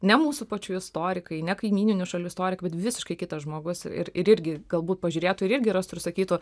ne mūsų pačių istorikai ne kaimyninių šalių istorikai bet visiškai kitas žmogus ir irgi galbūt pažiūrėtų ir irgi rastų ir sakytų